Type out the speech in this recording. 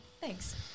Thanks